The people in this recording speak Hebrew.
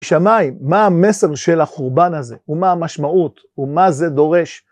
שמיים, מה המסר של החורבן הזה, ומה המשמעות, ומה זה דורש?